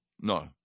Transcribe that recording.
no